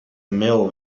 mill